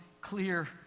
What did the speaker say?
clear